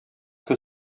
que